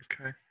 Okay